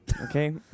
okay